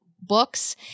Books